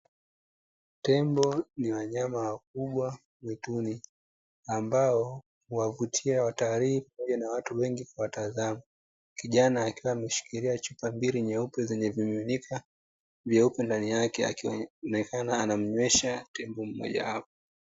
Tembo ni wanyama wakubwa mwituni, ambao huwavutia watalii pamoja na watu wengi kuwatazama. Kijana akiwa ameshikilia chupa mbili nyeupe zenye vimiminika vyeupe ndani yake akionekana anamnywesha tembo mmoja wapo.